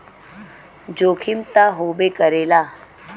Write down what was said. जोखिम त होबे करेला